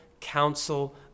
counsel